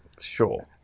Sure